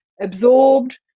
absorbed